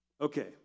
Okay